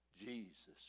Jesus